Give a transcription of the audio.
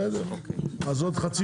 בסדר, עוד חצי